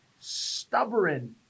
stubborn